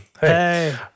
Hey